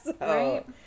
Right